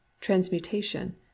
transmutation